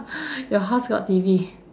your house got T_V